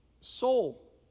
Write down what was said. soul